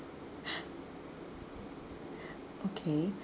okay